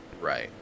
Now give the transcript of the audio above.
Right